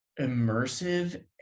immersive